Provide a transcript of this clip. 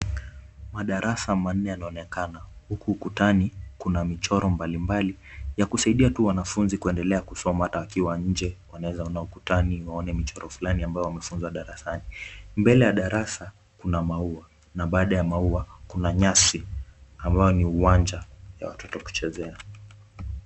Madarasa manne yanaonekana huku ukutani kuna michoro mbalimbali ya kusaidia tu wanafunzi kuendelea kusoma hata wakiwa nje wanaweza ona ukutani waone michoro fulani ambayo wamefunzwa darasani .Mbele ya darasa kuna maua na baada ya maua kuna nyasi ambayo ni uwanja ya watoto kuchezea.